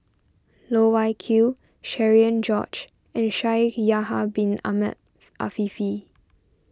Loh Wai Kiew Cherian George and Shaikh Yahya Bin Ahmed Afifi